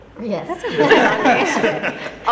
yes